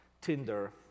Tinder